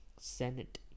Senate